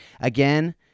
again